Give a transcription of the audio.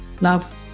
Love